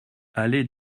allée